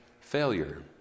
failure